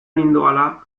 nindoala